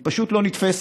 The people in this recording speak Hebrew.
היא פשוט לא נתפסת,